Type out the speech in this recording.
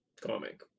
comic